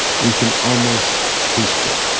we can almost taste it.